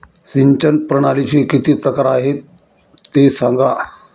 सिंचन प्रणालीचे किती प्रकार आहे ते सांगा